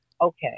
okay